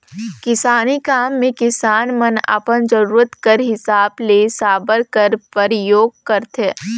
किसानी काम मे किसान मन अपन जरूरत कर हिसाब ले साबर कर परियोग करथे